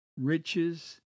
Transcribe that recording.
Riches